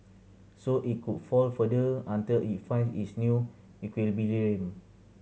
so it could fall further until it finds its new equilibrium